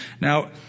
Now